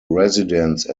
residence